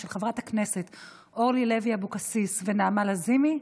של חברות הכנסת אורלי לוי אבקסיס ונעמה לזימי,